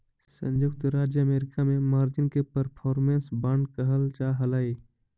संयुक्त राज्य अमेरिका में मार्जिन के परफॉर्मेंस बांड कहल जा हलई